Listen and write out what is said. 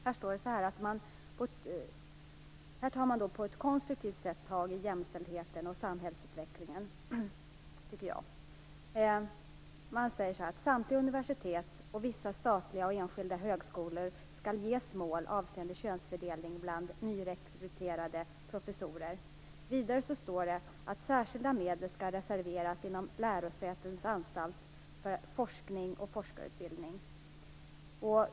Där tycker jag att man på ett konstruktivt sätt tar tag i jämställdheten och samhällsutvecklingen. Det står så här: "Samtliga universitetet och vissa statliga och enskilda högskolor skall ges mål avseende könsfördelningen bland nyrekryterade professorer." Vidare sägs det att medel skall reserveras inom lärosätets anslag för forskning och forskarutbilding.